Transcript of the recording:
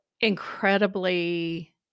incredibly